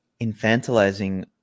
infantilizing